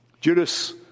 Judas